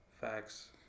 Facts